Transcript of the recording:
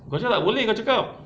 kau cakap boleh kau cakap